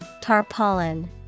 tarpaulin